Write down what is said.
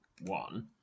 one